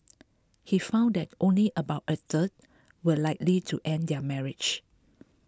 he found that only about a third were likely to end their marriage